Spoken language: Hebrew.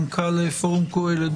מנכ"ל פורום קהלת,